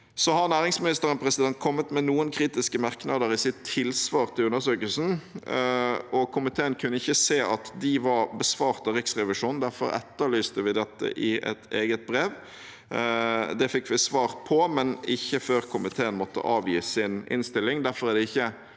Næringsministeren har kommet med noen kritiske merknader i sitt tilsvar til undersøkelsen. Komiteen kunne ikke se at de var besvart av Riksrevisjonen. Derfor etterlyste vi dette i et eget brev. Det fikk vi svar på, men ikke før komiteen måtte avgi sin innstilling.